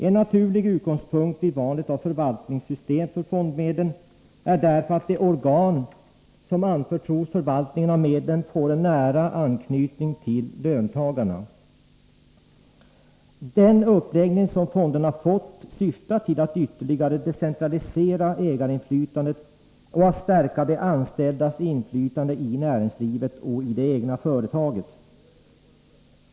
En naturlig utgångspunkt vid valet av förvaltningssystem för fondmedlen är därför att de organ som anförtros förvaltningen av medlen får en nära anknytning til löntagarna. Den uppläggning som fonderna fått syftar till att ytterligare decentralisera ägarinflytandet och att stärka de anställdas inflytande i näringslivet och i det egna företaget.